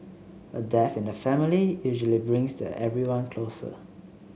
a death in the family usually brings the everyone closer